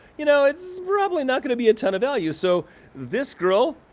you know, it's probably not gonna be a ton of value. so this girl,